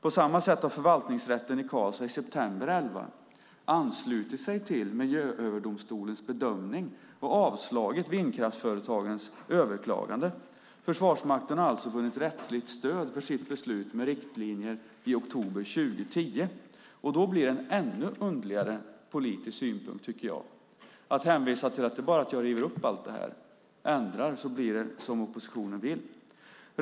På samma sätt har förvaltningsrätten i Karlstad i september 2011 anslutit sig till Miljööverdomstolens bedömning och avslagit vindkraftsföretagens överklagande. Försvarsmakten har alltså vunnit rättsligt stöd för sitt beslut om riktlinjer i oktober 2010. Då blir det en ännu underligare politisk synpunkt, tycker jag, att säga att det är bara att jag river upp allt det här och ändrar så att det blir som oppositionen vill.